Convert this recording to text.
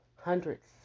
hundreds